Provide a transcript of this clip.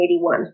1981